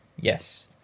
Yes